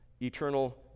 eternal